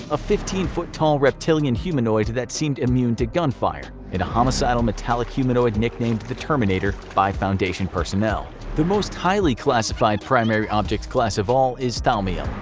a fifteen-foot-tall reptilian humanoid that seemed immune to gunfire, and a homicidal metallic humanoid nicknamed the terminator by foundation personnel. the most highly classified primary object class of all is thaumiel,